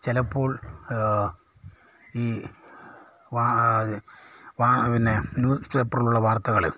ചിലപ്പോൾ ഈ പിന്നെ ന്യൂസ്പേപ്പറിലുള്ള വാർത്തകളിൽ